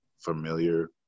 familiar